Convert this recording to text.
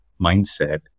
mindset